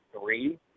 three